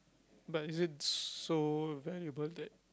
but is it so valuable that